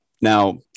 now